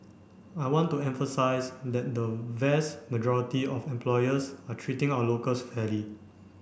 I want to emphasise that the vast majority of employers are treating our locals fairly